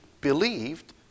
believed